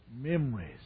Memories